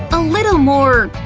a little more,